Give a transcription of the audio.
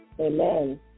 Amen